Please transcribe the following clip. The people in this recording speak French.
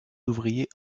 ouvriers